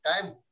time